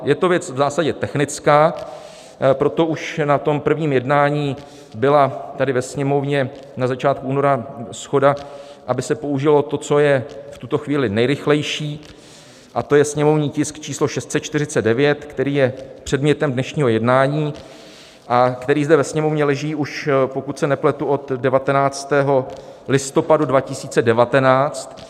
Je to věc v zásadě technická, proto už na prvním jednání byla tady ve Sněmovně na začátku února shoda, aby se použilo to, co je v tuto chvíli nejrychlejší, a to je sněmovní tisk číslo 649, který je předmětem dnešního jednání a který zde ve Sněmovně leží už, pokud se nepletu, od 19. listopadu 2019.